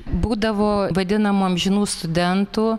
būdavo vadinamų amžinų studentų